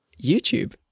YouTube